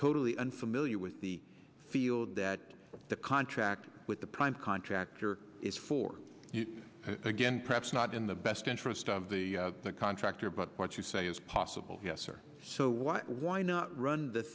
totally unfamiliar with the field that the contract with the prime contractor it for you again perhaps not in the best interest of the contractor but what you say is possible yes or so why why not run the